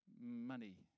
money